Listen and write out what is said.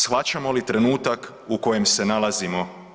Shvaćamo li trenutak u kojem se nalazimo?